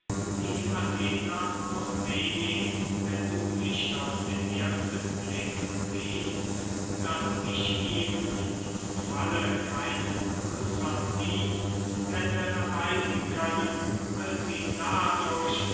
die athener noch wenig wenn du nicht auf den ersten blick siehst daß ich ihm in diesem falle keinen größern dienst hätte erweisen können als ihn dadurch